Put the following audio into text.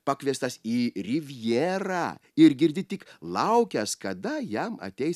pakviestas į rivjerą ir girdi tik laukiąs kada jam ateis